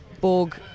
Borg